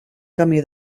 camí